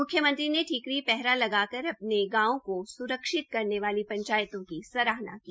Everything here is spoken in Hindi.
मुख्यमंत्री ने ठीकरी पहरा लगाकर अपने गांवों को सुरक्षित करने वाली पंचायतों की सराहना भी की